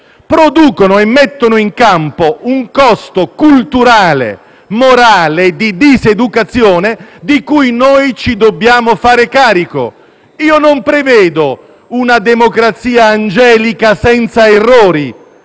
produce e mette in campo un costo culturale e morale di diseducazione di cui noi ci dobbiamo fare carico. Io non prevedo una democrazia angelica e senza errori;